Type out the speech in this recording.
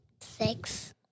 Six